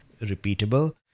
repeatable